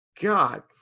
God